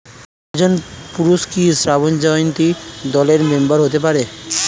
একজন পুরুষ কি স্বর্ণ জয়ন্তী দলের মেম্বার হতে পারে?